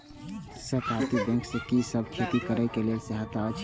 सहकारिता बैंक से कि सब खेती करे के लेल सहायता अछि?